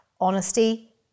honesty